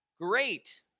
Great